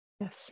Yes